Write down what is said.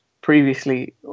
previously